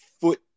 foot